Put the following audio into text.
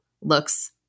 looks